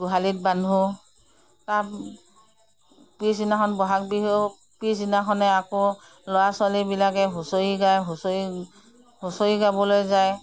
গোহালিত বান্ধোঁ তাৰ পিছদিনাখন বহাগ বিহু পিছদিনাখনেই আকৌ ল'ৰা ছোৱালীবিলাকে হুঁচৰি গায় হুঁচৰি হুঁচৰি গাবলৈ যায়